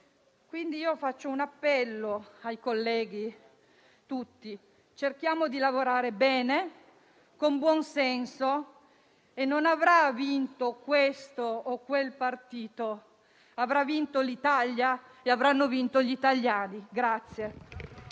quindi un appello ai colleghi tutti: cerchiamo di lavorare bene e con buon senso. Così, non avrà vinto questo o quel partito, ma avrà vinto l'Italia e avranno vinto gli italiani.